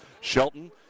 Shelton